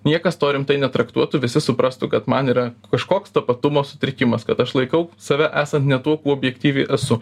niekas to rimtai netraktuotų visi suprastų kad man yra kažkoks tapatumo sutrikimas kad aš laikau save esant ne tuo kuo objektyviai esu